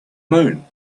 moon